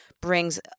brings